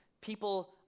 People